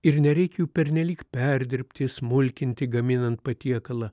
ir nereikia jų pernelyg perdirbti smulkinti gaminant patiekalą